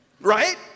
Right